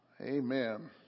amen